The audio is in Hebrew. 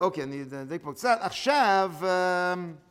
אוקיי, אני אדאג פה קצת. עכשיו...